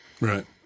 right